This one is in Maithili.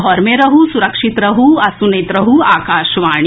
घर मे रहू सुरक्षित रहू आ सुनैत रहू आकाशवाणी